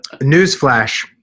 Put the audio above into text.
Newsflash